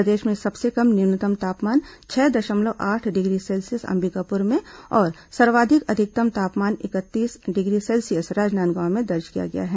प्रदेश में सबसे कम न्यूनतम तापमान छह दशमलव आठ डिग्री सेल्सियस अंबिकापुर में और सर्वाधिक अधिकतम तापमान इकतीस डिग्री सेल्सियस राजनांदगांव में दर्ज किया गया है